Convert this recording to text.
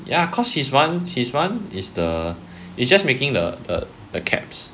ya cause his one his [one] is the is just making the the caps